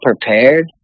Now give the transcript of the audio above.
prepared